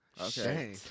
Okay